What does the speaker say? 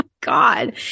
God